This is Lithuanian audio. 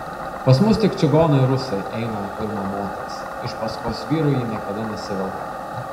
pas mus tik čigonai ir rusai eina pirma moters iš paskos vyrui ji niekada nesivelka